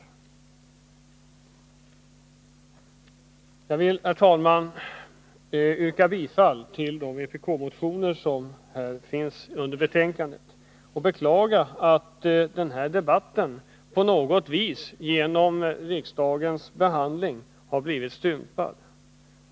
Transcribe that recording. Jag vill, herr talman, yrka bifall till de vpk-motioner som behandlats i betänkandet, samtidigt som jag beklagar att den här debatten genom riksdagens behandling av dessa frågor på något vis har blivit stympad.